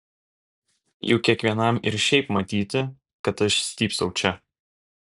juk kiekvienam ir šiaip matyti kad aš stypsau čia